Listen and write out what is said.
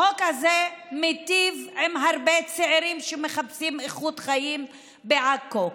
החוק הזה מיטיב עם הרבה צעירים שמחפשים איכות חיים בעכו,